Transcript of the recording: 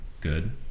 good